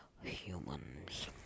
humans